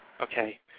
Okay